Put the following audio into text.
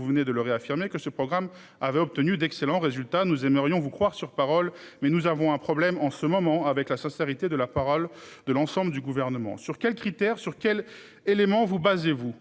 vous venez de le réaffirmer que ce programme avait obtenu d'excellents résultats, nous aimerions vous croire sur parole mais nous avons un problème en ce moment avec la sincérité de la parole de l'ensemble du gouvernement. Sur quels critères. Sur quels éléments vous basez-vous